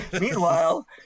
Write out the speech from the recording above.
meanwhile